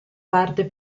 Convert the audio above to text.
parte